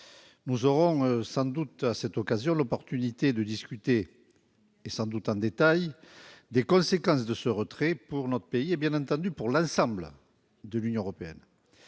Nous aurons sans doute alors l'occasion de discuter, en détail, des conséquences de ce retrait pour notre pays et, bien entendu, pour l'ensemble de l'Union européenne.